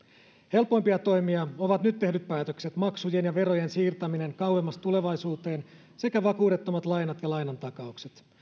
helpoimpia toimia ovat nyt tehdyt päätökset maksujen ja verojen siirtäminen kauemmas tulevaisuuteen sekä vakuudettomat lainat ja lainatakaukset